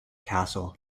castle